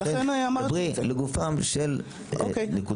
לכן דברי לגופו של עניין.